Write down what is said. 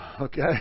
okay